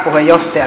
herr talman